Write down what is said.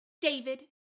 David